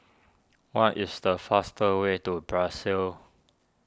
what is the faster way to Brussels